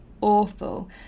awful